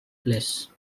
place